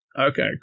Okay